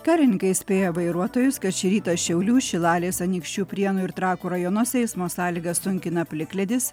kelininkai įspėja vairuotojus kad šį rytą šiaulių šilalės anykščių prienų ir trakų rajonuose eismo sąlygas sunkina plikledis